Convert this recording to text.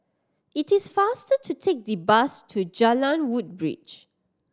it is faster to take the bus to Jalan Woodbridge